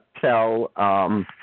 tell –